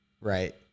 right